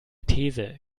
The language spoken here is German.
these